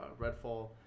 Redfall